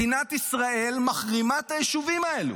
מדינת ישראל מחרימה את היישובים האלה.